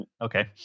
Okay